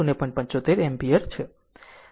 75 ampere છે